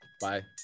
Bye